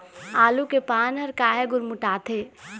आलू के पान हर काहे गुरमुटाथे?